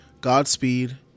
Godspeed